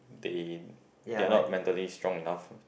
they they're not mentally strong enough